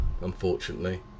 unfortunately